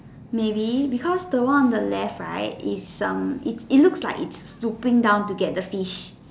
may be because the one on the left right is um it it looks like it's scoping down to get the fish